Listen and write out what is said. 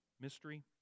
mystery